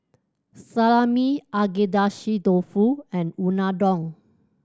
Salami Agedashi Dofu and Unadon